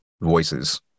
voices